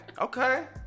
Okay